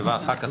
תקנה 5: